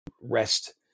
rest